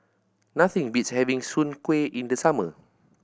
nothing beats having Soon Kuih in the summer